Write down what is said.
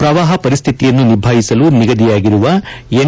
ಪ್ರವಾಹ ಪರಿಸ್ಥಿತಿಯನ್ನು ನಿಭಾಯಿಸಲು ನಿಗಧಿಯಾಗಿರುವ ಎನ್